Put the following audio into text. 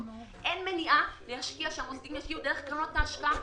אין מניעה שהמוסדיים ישקיעו דרך קרנות ההשקעה.